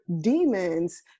demons